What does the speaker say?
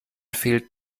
fehlt